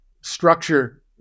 structure